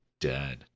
dead